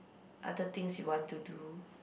other things you want to do